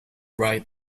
write